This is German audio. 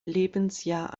lebensjahr